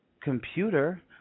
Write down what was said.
computer